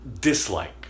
dislike